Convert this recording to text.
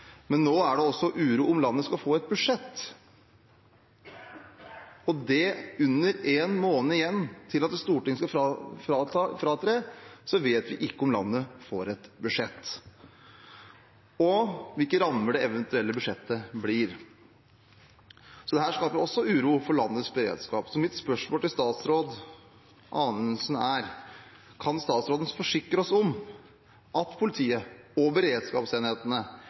men nå er det også uro om hvorvidt landet skal få et budsjett. Under en måned før Stortinget skal avslutte høstsesjonen, vet vi ikke om landet får et budsjett og hvilke rammer det eventuelle budsjettet får. Så dette skaper også uro for landets beredskap. Mitt spørsmål til statsråd Anundsen er: Kan statsråden forsikre oss om at politiet og beredskapsenhetene